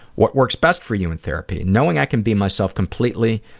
what works best for you in therapy? knowing i can be myself completely